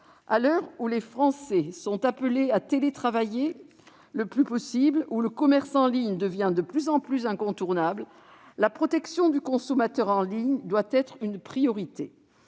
À l'heure où les Français sont appelés à télétravailler le plus possible et où le commerce en ligne devient de plus en plus incontournable, la protection du consommateur en ligne doit être une priorité.